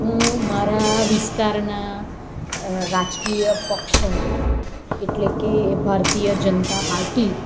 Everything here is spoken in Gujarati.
હું મારા વિસ્તારના રાજકીય પક્ષ એટલે કે ભારતીય જનતા પાર્ટી